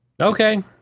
Okay